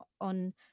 on